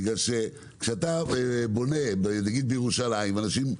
בגלל שכשאתה בונה נגיד בירושלים ואנשים,